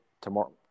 tomorrow